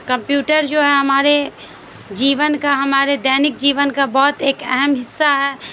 computer جو ہے ہمارے جیون کا ہمارے دینک جیون کا بہت ایک اہم حصہ ہے